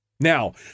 Now